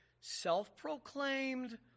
self-proclaimed